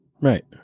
Right